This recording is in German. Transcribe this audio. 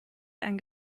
ein